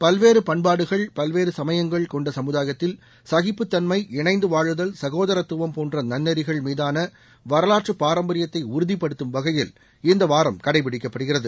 பல்வேறு பண்பாடுகள் பல்வேறு சமயங்கள் கொண்ட சமுதாயத்தில் சகிப்புத் தன்மை இணைந்து வாழுதல் சகோதரத்துவம் போன்ற நன்னெறிகள் மீதான வரவாற்று பாரம்பரியத்தை உறுதிப்படுத்தும் வகையில் இந்த வாரம் கடைபிடிக்கப்படுகிறது